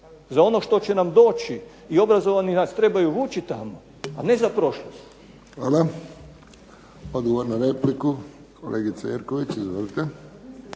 za ono što će nam doći i obrazovani nas trebaju vući tamo, a ne za prošlost. **Friščić, Josip (HSS)** Hvala. Odgovor na repliku, kolegica Jerković. Izvolite.